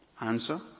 Answer